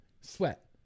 Sweat